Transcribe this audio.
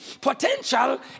Potential